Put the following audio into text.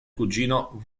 cugino